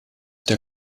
der